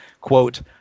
Quote